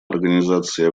организации